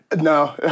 No